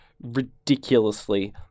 ridiculously